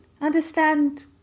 understand